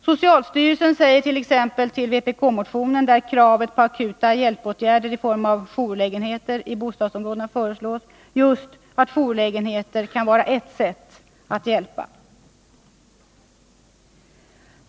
Socialstyrelsen säger t.ex. beträffande vpk-motionen, där kravet på akuta hjälpåtgärder i form av jourlägenheter i bostadsområdena förelås, just att jourlägenheter kan vara ett sätt att hjälpa.